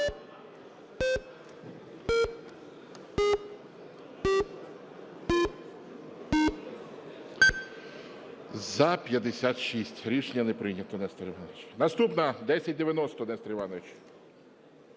За-56 Рішення не прийнято, Нестор Іванович. Наступна 1090, Нестор Іванович.